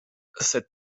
cette